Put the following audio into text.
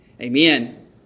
Amen